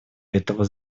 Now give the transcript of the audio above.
этого